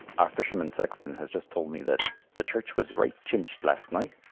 our fisherman sexton has just told me that the church was right chinched last night.